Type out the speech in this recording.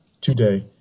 today